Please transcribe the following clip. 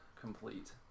complete